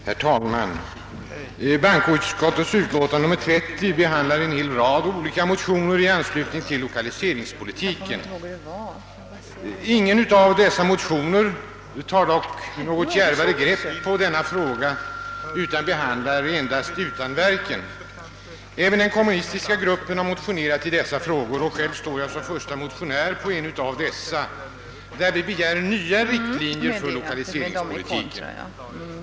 Herr talman! Bankoutskottets utlåtande nr 30 behandlar en hel rad olika motioner i anslutning till lokaliseringspolitiken. Ingen av dessa motioner tar dock något djärvare grepp på frågan utan berör endast utanverken. Även den kommunistiska gruppen har motionerat i dessa frågor. Själv står jag som förste motionär på en motion där vi begär nya riktlinjer för 10 kaliseringspolitiken.